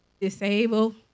Disabled